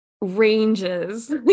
ranges